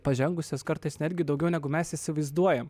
pažengusios kartais netgi daugiau negu mes įsivaizduojam